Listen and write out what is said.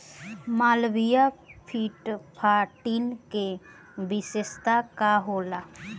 Malviya fifteen के विशेषता का होला?